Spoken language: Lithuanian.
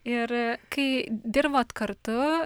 ir kai dirbot kartu